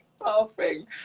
laughing